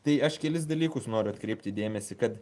tai aš kelis dalykus noriu atkreipti dėmesį kad